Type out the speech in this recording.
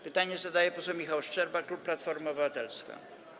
Pytanie zadaje poseł Michał Szczerba, klub Platforma Obywatelska.